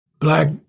Black